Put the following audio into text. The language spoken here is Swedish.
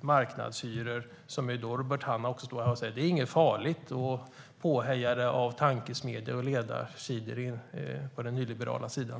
marknadshyror. Robert Hannah står här och säger inte det är något farligt, påhejad av tankesmedjor och ledarsidor på den nyliberala sidan.